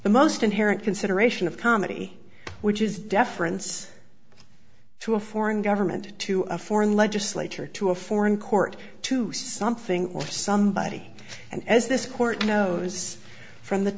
most inherent consideration of comedy which is deference to a foreign government to a foreign legislature to a foreign court to something or somebody and as this court knows from the